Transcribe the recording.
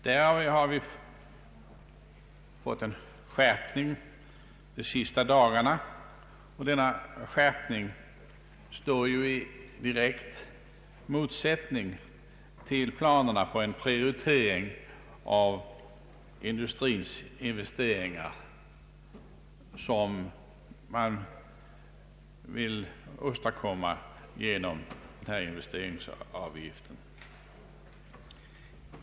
Där har vi fått en skärpning de senaste dagarna, och denna skärpning står i direkt motsättning till planerna på den prioritering av industrins investeringar som man vill åstadkomma genom denna investeringsavgift.